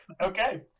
Okay